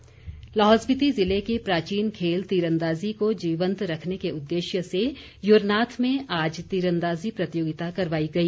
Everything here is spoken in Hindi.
तीरंदाजी लाहौल स्पीति जिले के प्राचीन खेल तीरंदाज़ी को जीवन्त रखने के उद्देश्य से युरनाथ में आज तीरंदाज़ी प्रतियोगिता करवाई गई